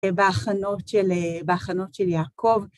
בהכנות של בהכנות של יעקב.